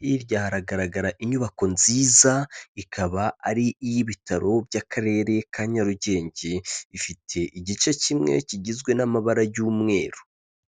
hirya haragaragara inyubako nziza ikaba ari iy'ibitaro by'akarere ka Nyarugenge, ifite igice kimwe kigizwe n'amabara y'umweru.